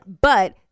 But-